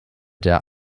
der